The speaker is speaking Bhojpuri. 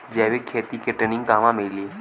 जैविक खेती के ट्रेनिग कहवा मिली?